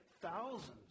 thousands